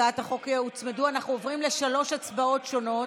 אנחנו עוברים לשלוש הצבעות שונות.